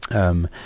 um,